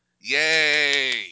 Yay